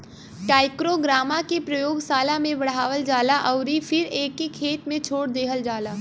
trichogramma के प्रयोगशाला में बढ़ावल जाला अउरी फिर एके खेत में छोड़ देहल जाला